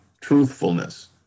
truthfulness